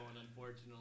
unfortunately